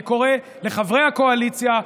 אני קורא לחברי הקואליציה,